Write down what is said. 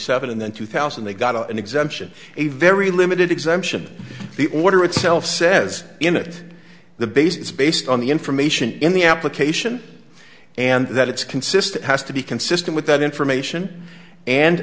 seven and then two thousand they got an exemption a very limited exemption the order itself says in it the base is based on the information in the application and that it's consistent has to be consistent with that information and